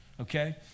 Okay